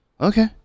Okay